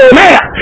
man